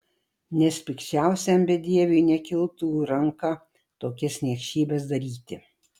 nes pikčiausiam bedieviui nekiltų ranka tokias niekšybes daryti